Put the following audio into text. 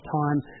time